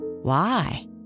Why